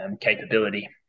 capability